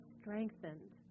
strengthened